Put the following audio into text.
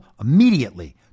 immediately